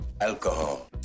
Alcohol